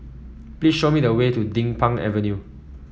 please show me the way to Din Pang Avenue